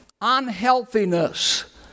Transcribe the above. unhealthiness